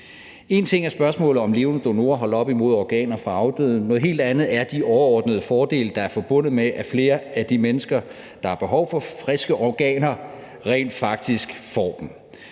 Én ting er spørgsmålet om levende donorer holdt op imod organer fra afdøde, noget helt andet er de overordnede fordele, der er forbundet med, at flere af de mennesker, der har behov for friske organer, rent faktisk får dem.